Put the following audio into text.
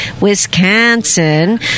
Wisconsin